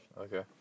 Okay